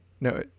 No